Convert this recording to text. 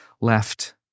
left